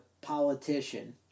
politician